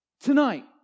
Tonight